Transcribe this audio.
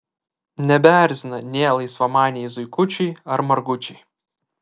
nebeerzina nė laisvamaniai zuikučiai ar margučiai